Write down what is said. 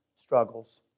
Struggles